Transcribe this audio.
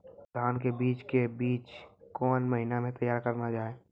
धान के बीज के बीच कौन महीना मैं तैयार करना जाए?